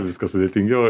viskas sudėtingiau